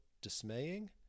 dismaying